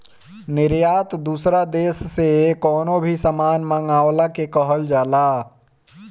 निर्यात दूसरा देस से कवनो भी सामान मंगवला के कहल जाला